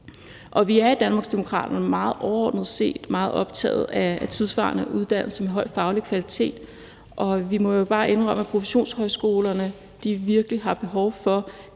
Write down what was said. Vi er i Danmarksdemokraterne overordnet set meget optaget af tidssvarende uddannelse med høj faglig kvalitet, og vi må jo bare indrømme, at professionshøjskolerne virkelig har behov for,